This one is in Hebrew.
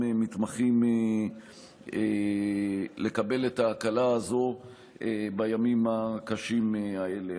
מתמחים לקבל את ההקלה הזו בימים הקשים האלה.